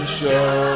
show